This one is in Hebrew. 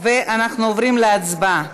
אנחנו עוברים להצבעה.